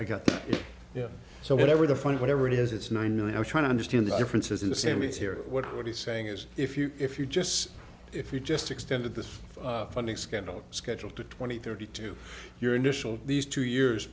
got so whatever the fine whatever it is it's nine million i was trying to understand the differences in the same material what what he's saying is if you if you just if you just extended this funding scandal schedule to twenty thirty two your initial these two years